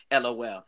Lol